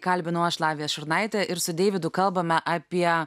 kalbinu aš lavija šurnaitė ir su deividu kalbame apie